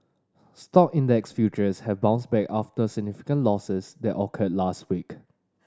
stock index futures have bounced back after significant losses that occurred last week